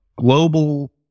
global